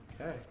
Okay